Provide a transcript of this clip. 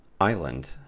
Island